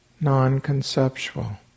non-conceptual